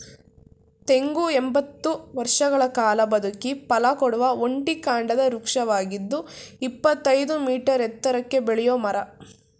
ತೆಂಗು ಎಂಬತ್ತು ವರ್ಷಗಳ ಕಾಲ ಬದುಕಿ ಫಲಕೊಡುವ ಒಂಟಿ ಕಾಂಡದ ವೃಕ್ಷವಾಗಿದ್ದು ಇಪ್ಪತ್ತಯ್ದು ಮೀಟರ್ ಎತ್ತರಕ್ಕೆ ಬೆಳೆಯೋ ಮರ